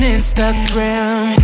Instagram